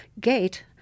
gate